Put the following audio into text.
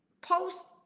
post